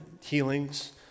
healings